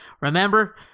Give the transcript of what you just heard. Remember